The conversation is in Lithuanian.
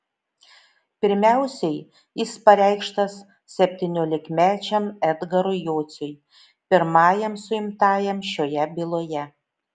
pirmiausiai jis pareikštas septyniolikmečiam edgarui jociui pirmajam suimtajam šioje byloje